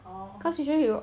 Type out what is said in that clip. orh orh